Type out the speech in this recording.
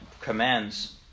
commands